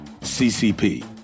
ccp